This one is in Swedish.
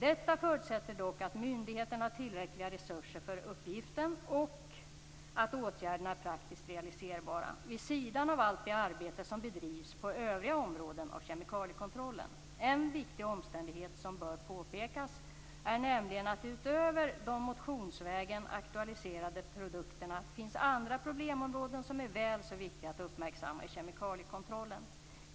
Detta förutsätter dock att myndigheten har tillräckliga resurser för uppgiften och att åtgärderna är praktiskt realiserbara, vid sidan av allt det arbete som bedrivs på övriga områden av kemikaliekontrollen. En viktig omständighet som bör påpekas är nämligen att det utöver de motionsvägen aktualiserade produkterna finns andra problemområden som är väl så viktiga att uppmärksamma i kemikaliekontrollen.